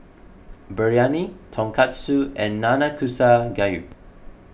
Biryani Tonkatsu and Nanakusa Gayu